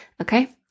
okay